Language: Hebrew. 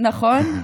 נכון?